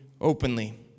openly